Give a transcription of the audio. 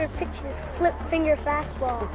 split-finger fastball.